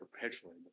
perpetually